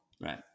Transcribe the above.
Right